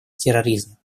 терроризма